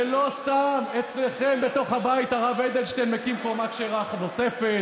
ולא סתם אצלכם בתוך הבית הרב אדלשטיין מקים קומה כשרה נוספת,